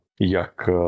jak